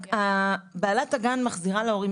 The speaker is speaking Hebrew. בעלת הגן מחזירה להורים.